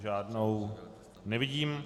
Žádnou nevidím.